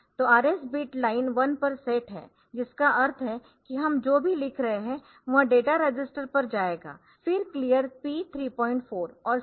तो RS bit line 1 पर set है जिसका अर्थ है कि हम जो भी लिख रहे है वह डेटा रजिस्टर पर जाएगा फिर क्लियर P 34 Clear P34 और SETB P33